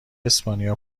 اسپانیا